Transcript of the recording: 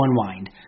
unwind